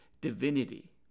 divinity